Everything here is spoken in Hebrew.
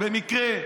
ומר מנדלבלוף,